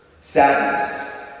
Sadness